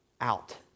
out